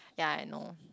ya I know